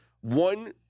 one